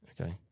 Okay